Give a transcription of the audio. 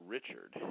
Richard